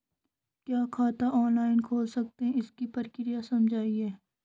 क्या खाता ऑनलाइन खोल सकते हैं इसकी प्रक्रिया समझाइए?